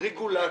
רגולציות.